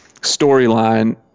storyline